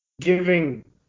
giving